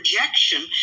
rejection